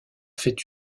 fait